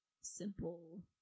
simple